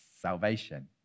salvation